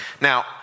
Now